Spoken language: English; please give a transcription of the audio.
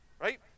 Right